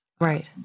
Right